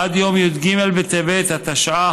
עד יום י"ג בטבת התשע"ח,